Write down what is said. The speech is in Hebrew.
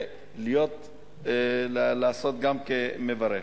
ולעשות גם כמברך.